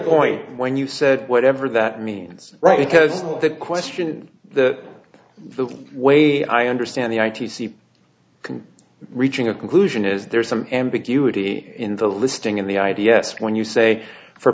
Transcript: point when you said whatever that means right because the question that the way i understand the i t c can reaching a conclusion is there's some ambiguity in the listing in the i d s when you say for